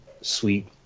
sweet